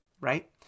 right